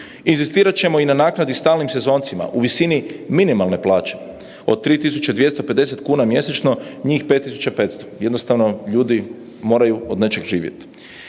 inzistirat ćemo i na naknadi stalnim sezoncima u visini minimalne plaće od 3.250 kuna mjesečno njih 5.500, jednostavno ljudi moraju od nečega živjet.